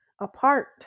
apart